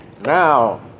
Now